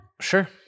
Sure